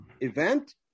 event